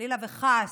חלילה וחס,